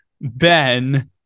Ben